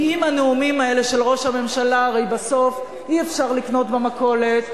כי עם הנאומים האלה של ראש הממשלה הרי בסוף אי-אפשר לקנות במכולת,